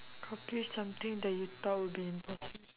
accomplish something that you thought would be impossible